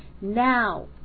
now